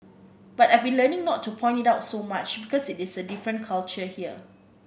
but I've been learning not to point it out so much because it is a different culture here